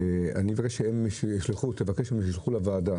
תבקש מהם שישלחו לוועדה